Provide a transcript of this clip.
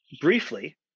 briefly